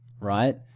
right